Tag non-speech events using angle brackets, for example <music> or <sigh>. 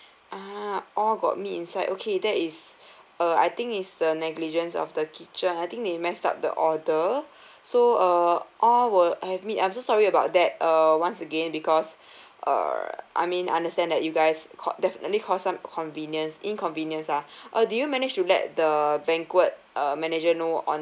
ah all got meat inside okay that is uh I think it's the negligence of the kitchen I think they messed up the order <breath> so uh all were have meat I'm so sorry about that uh once again because err I mean I understand that you guys cau~ definitely caused some convenience inconvenience lah uh did you managed to let the banquet uh manager know on